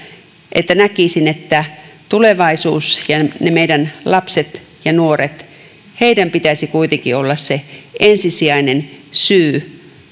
että tulevaisuuden ja meidän lastemme ja nuortemme pitäisi kuitenkin olla se ensisijainen syy